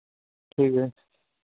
ठीक है